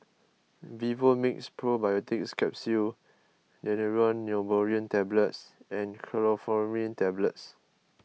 Vivomixx Probiotics Capsule Daneuron Neurobion Tablets and Chlorpheniramine Tablets